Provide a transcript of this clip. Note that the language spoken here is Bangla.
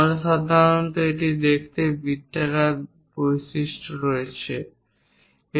আমরা সাধারণত এটি দেখতে বৃত্তাকার বৈশিষ্ট্য বিভিন্ন আছে